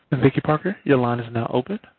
vicky parker. your line is now open.